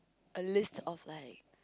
a list of like